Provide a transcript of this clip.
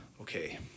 okay